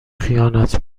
خیانت